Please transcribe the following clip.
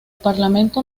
parlamento